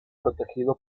protegido